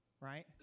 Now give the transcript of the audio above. Right